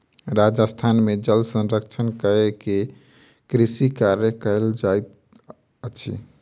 राजस्थान में जल संरक्षण कय के कृषि कार्य कयल जाइत अछि